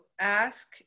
ask